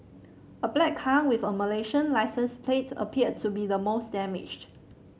a black car with a Malaysian licence plate appeared to be the most damaged